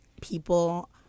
people